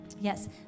Yes